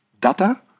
data